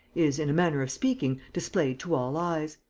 is, in a manner of speaking, displayed to all eyes.